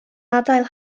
adael